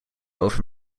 over